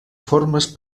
formes